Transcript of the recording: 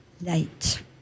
late